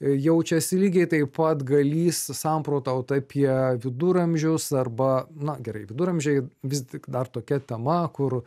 jaučiasi lygiai taip pat galįs samprotaut apie viduramžius arba na gerai viduramžiai vis tik dar tokia tema kur